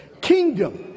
kingdom